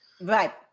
Right